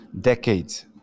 decades